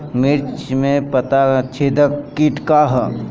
मिर्च में पता छेदक किट का है?